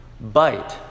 bite